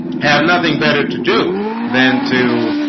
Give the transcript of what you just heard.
have nothing better to do than to